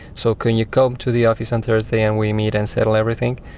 so can you come to the office on thursday and we meet and settle everything?